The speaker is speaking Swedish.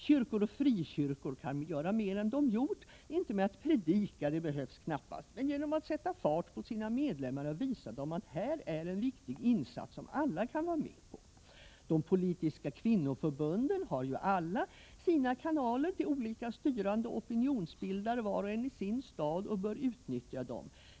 Kyrkor och frikyrkor kan göra mer än de gjort — inte med att predika, det behövs knappast, men genom att sätta fart på sina medlemmar och visa dem att det här är en viktig insats som alla kan vara med på. De politiska kvinnoförbunden har alla sina kanaler till olika styrande och opinionsbildare, var och en i sin stad, och bör utnyttja dem.